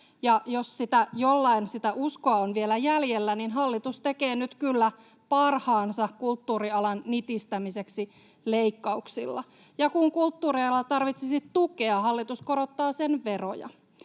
jos jollain sitä uskoa on vielä jäljellä, niin hallitus tekee nyt kyllä parhaansa kulttuurialan nitistämiseksi leikkauksilla. Ja kun kulttuuriala tarvitsisi tukea, hallitus korottaa sen veroja.